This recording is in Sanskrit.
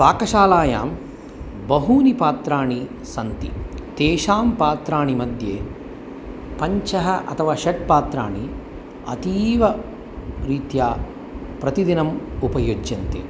पाकशालायां बहूनि पात्राणि सन्ति तेषां पात्राणि मध्ये पञ्च अथवा षट् पात्राणि अतीव रीत्या प्रतिदिनम् उपयुज्यन्ति